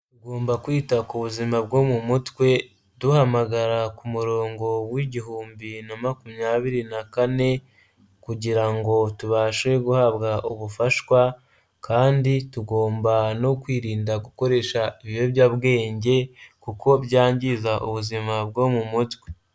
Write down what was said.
Tugomba kwita ku buzima bwo mu mutwe duhamagara ku murongo wigihumbi na makumyabiri na kane kugira ngo tubashe guhabwa ubufashashwa, kandi tugomba no kwirinda gukoresha ibiyobyabwenge kuko byangiza ubuzima bwo mu mutwe.